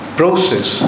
process